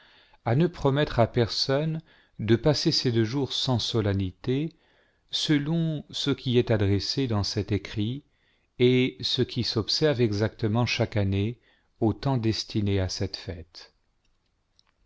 à ne promettre à personne de passer ces deux jours sans solennité selon ce qui est adressé dans cet écrit et ce qui s'observe exactement chaque année aux temps destinés à cette fête